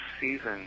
season